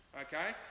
Okay